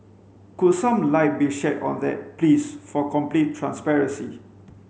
could some light be shed on that please for complete transparency